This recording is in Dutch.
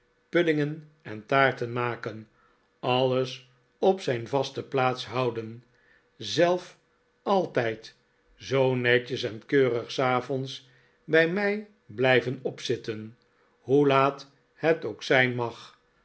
puddingen en taarten maken alles op zijn vaste plaats houden zelf altijd zoo netjes en keurig s avonds bij mij blijven opzitten hoe laat het ook zijn mag